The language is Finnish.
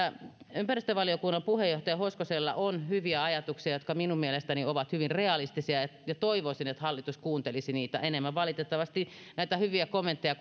ympäristövaliokunnan puheenjohtaja hoskosella on hyviä ajatuksia jotka minun mielestäni ovat hyvin realistisia ja ja toivoisin että hallitus kuuntelisi niitä enemmän valitettavasti näitä hyviä kommentteja